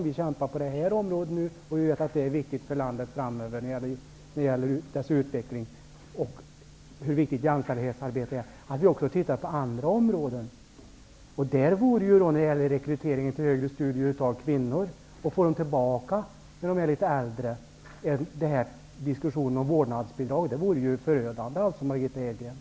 Vi kämpar nu på detta område, och vi vet att det är viktigt för landets utveckling framöver och hur viktigt det är för jämställdhetsarbetet. Men det är viktigt att vi också tittar på andra områden. När det gäller rekrytering av kvinnor till högre studier kan man få dem att komma tillbaka när de är litet äldre. Ett vårdnadsbidrag vore förödande för detta, Margitta